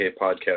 Podcast